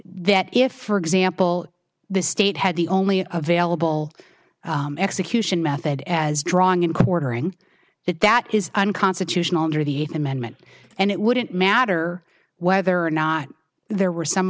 that if for example the state had the only available execution method as drawing and quartering that that is unconstitutional under the eighth amendment and it wouldn't matter whether or not there were some